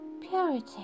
purity